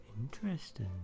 Interesting